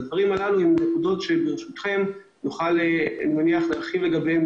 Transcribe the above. הדברים האלה הם דברים שנוכל להרחיב עליהם